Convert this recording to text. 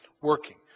working